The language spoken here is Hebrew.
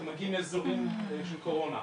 אתם מגיעים מאזורים של קורונה.